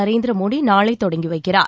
நரேந்திர மோடி நாளை தொடங்கி வைக்கிறார்